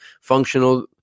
functional